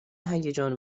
هیجان